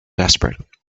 desperate